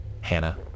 Hannah